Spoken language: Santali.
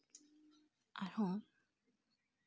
ᱟᱨᱦᱚᱸ